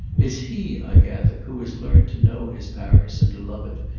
it's he, i gather, who has learnt to know his paris, and to love it,